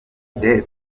the